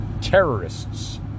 terrorists